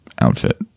outfit